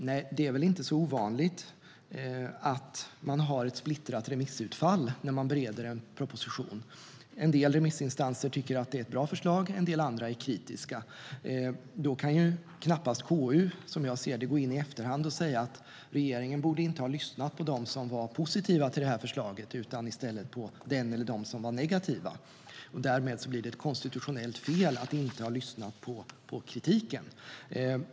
Nej, det är väl inte så ovanligt att det finns ett splittrat remissutfall vid beredningen av en proposition. En del remissinstanser tycker att det är ett bra förslag, och en del andra är kritiska. Då kan knappast KU, som jag ser det, gå in i efterhand och säga att regeringen inte borde ha lyssnat på dem som var positiva till förslaget utan i stället på den eller dem som var negativa - därmed blir det ett konstitutionellt fel att inte ha lyssnat på kritiken.